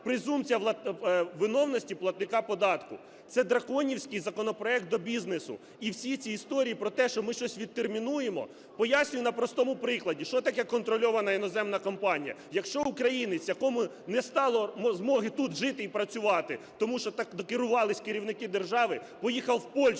презумпція виновності платника податку. Це драконівський законопроект до бізнесу. І всі ці історії про те, що ми щось відтремінуємо… Пояснюю на простому прикладі, що таке контрольована іноземна компанія. Якщо українець, якому не стало змоги тут жити і працювати тому, що докерувались керівники держави, поїхав в Польщу